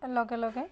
লগে লগে